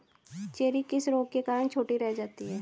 Cherry किस रोग के कारण छोटी रह जाती है?